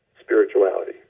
spirituality